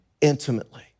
intimately